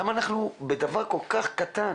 למה אנחנו בדבר כל כך קטן?